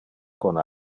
con